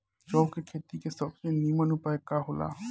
जौ के खेती के सबसे नीमन उपाय का हो ला?